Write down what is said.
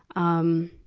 um,